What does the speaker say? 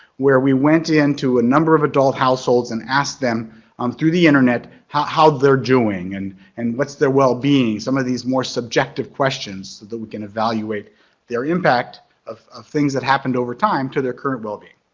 where we went into a number of adult households and asked them um through the internet how how they're doing and and what's their well-being. some of these more subjective questions so that we can evaluate their impact of things that happened over time to their current well-being.